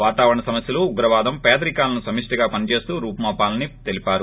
వాతావరణ సమస్యలు ఉగ్రవాదం పెదరికాలను సమిష్టిగా పనిచేస్తూ రూపు మాపాలని తెలిపారు